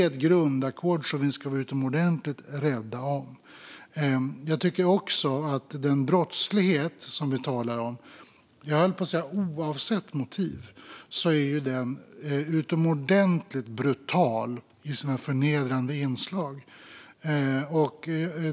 Detta grundackord ska vi vara utomordentligt rädda om. Den brottslighet vi talar om är oavsett motiv, höll jag på att säga, utomordentligt brutal i sina förnedrande inslag.